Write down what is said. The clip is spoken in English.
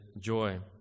joy